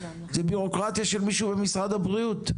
זו בירוקרטיה של מישהו ממשרד הבריאות.